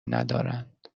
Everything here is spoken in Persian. ندارند